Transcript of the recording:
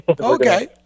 okay